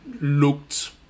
looked